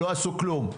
לא עשו כלום.